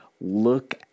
look